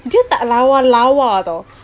dia tak lawa lawa [tau]